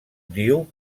diu